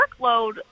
workload